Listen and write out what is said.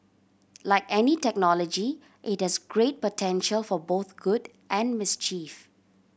like any technology it has great potential for both good and mischief